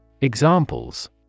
Examples